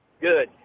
Good